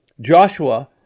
Joshua